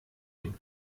dem